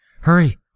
Hurry